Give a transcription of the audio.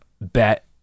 bet